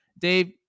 Dave